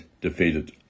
Defeated